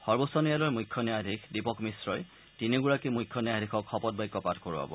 সৰ্বোচ্চ ন্যায়ালয়ৰ মুখ্য ন্যায়াধীশ দীপক মিশ্ৰই তিনিওগৰাকী মুখ্য ন্যায়াধীশক শপতবাক্য পাঠ কৰোৱাব